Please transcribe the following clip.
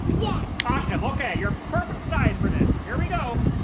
yeah. awesome. okay, your perfect size for this. here we go.